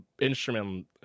instrument